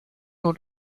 und